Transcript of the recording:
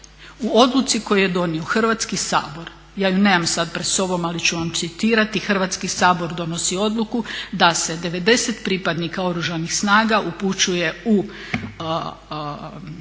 U odluci koju je donio Hrvatski sabor ja ju nemam sada pred sobom ali ću vam citirati Hrvatski sabor donosi odluku da se 90 pripadnika Oružanih snaga upućuje u Mirovnu